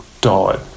died